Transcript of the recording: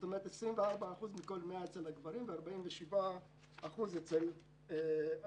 כלומר 24% מכל 100 אצל הגברים ו-47% אצל הנשים.